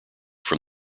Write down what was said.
from